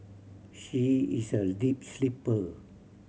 she is a deep sleeper